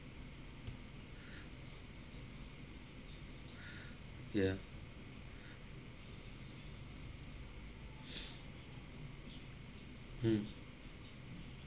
yeah hmm